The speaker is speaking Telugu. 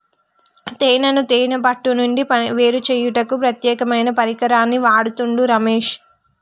తేనెను తేనే పట్టు నుండి వేరుచేయుటకు ప్రత్యేకమైన పరికరాన్ని వాడుతుండు రమేష్